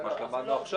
מה ששמענו עכשיו,